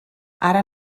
ara